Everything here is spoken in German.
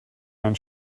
ein